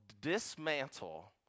dismantle